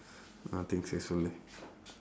nothing says so leh